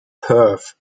perth